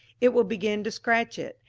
it will begin to scratch it,